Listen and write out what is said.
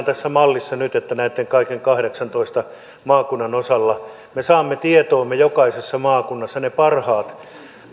tässä mallissa nyt että näitten kaikkien kahdeksantoista maakunnan osalta me saamme tietoomme jokaisessa maakunnassa ne parhaat